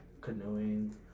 canoeing